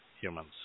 humans